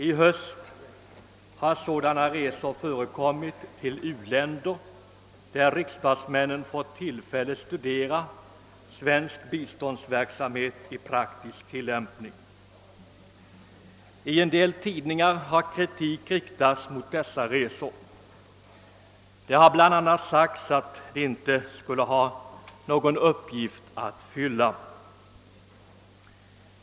I höst har sådana resor förekommit till u-länder, där riksdagsmännen fått tillfälle studera svensk biståndsverksamhet i praktisk tillämpning. I en del tidningar har kritik riktats mot dessa resor. Det har bl.a. sagts att de inte skulle ha någon uppgift att fylla.